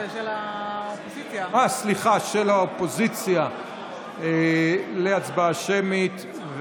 סליחה, בקשה של האופוזיציה להצבעה שמית.